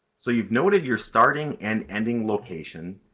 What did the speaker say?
so you've noted your starting and ending location,